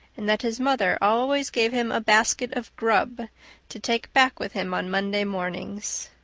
and that his mother always gave him a basket of grub to take back with him on monday mornings.